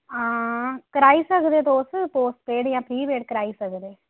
हां कराई सकदे तुस पोस्टपेड जां प्रीपेड कराई सकदे